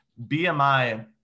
BMI